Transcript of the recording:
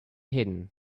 hidden